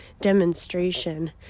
demonstration